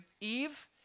Eve